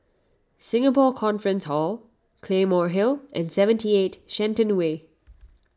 Singapore Conference Hall Claymore Hill and seventy eight Shenton Way